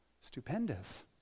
stupendous